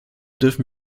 dürfen